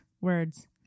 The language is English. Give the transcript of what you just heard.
Words